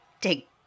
take